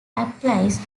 applies